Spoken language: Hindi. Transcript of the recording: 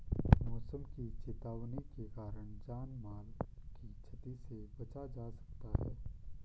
मौसम की चेतावनी के कारण जान माल की छती से बचा जा सकता है